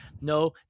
No